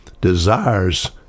desires